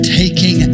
taking